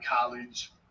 College